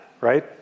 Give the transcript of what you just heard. right